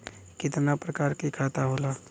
कितना प्रकार के खाता होला?